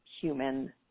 human